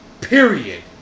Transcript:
period